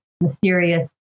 mysterious